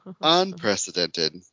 Unprecedented